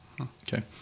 Okay